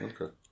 Okay